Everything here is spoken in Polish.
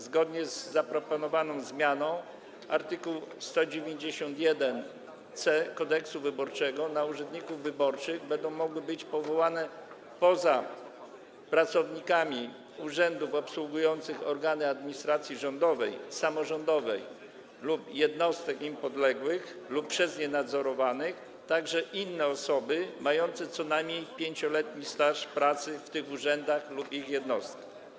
Zgodnie z zaproponowaną zmianą art. 191c Kodeksu wyborczego na urzędników wyborczych będą mogły być powołane poza pracownikami urzędów obsługujących organy administracji rządowej, samorządowej lub jednostek im podległych lub przez nie nadzorowanych także inne osoby mające co najmniej 5-letni staż pracy w tych urzędach lub ich jednostkach.